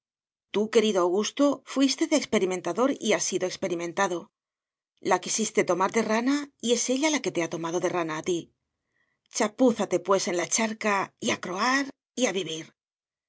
tú querido augusto fuiste de experimentador y has sido experimentado la quisiste tomar de rana y es ella la que te ha tomado de rana a ti chapúzate pues en la charca y a croar y a vivir